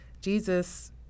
Jesus